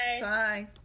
Bye